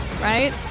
right